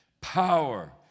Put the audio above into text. Power